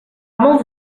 molts